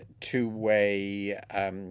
two-way